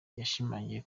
yashimangiye